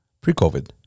Pre-COVID